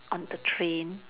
on the train